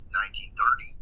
1930